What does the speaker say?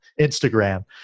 Instagram